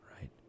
Right